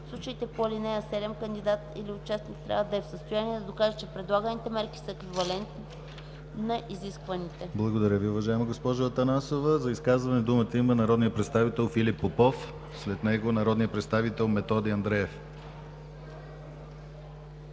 В случаите по ал. 7 кандидатът или участникът трябва да е в състояние да докаже, че предлаганите мерки са еквивалентни на изискваните.” ПРЕДСЕДАТЕЛ ДИМИТЪР ГЛАВЧЕВ: Благодаря Ви, уважаема госпожо Атанасова. За изказване думата има народният представител Филип Попов, след него – народният представител Методи Андреев.